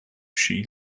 she